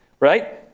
Right